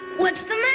what's the